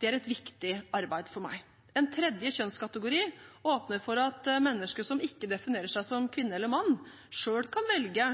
Det er et viktig arbeid for meg. En tredje kjønnskategori åpner for at mennesker som ikke definerer seg som kvinne eller mann, selv kan velge